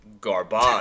garbage